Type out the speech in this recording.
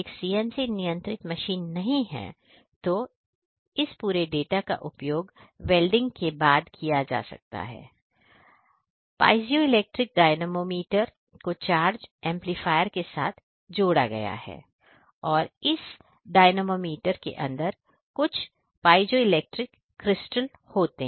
single floor stir welding को charge amplifier के साथ जोड़ा गया है और इस पीज़ोइलेक्ट्रिक डायनेमोमीटर के अंदर कुछ पीज़ोइलेक्ट्रिक क्रिस्टल होते हैं